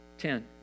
Ten